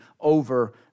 over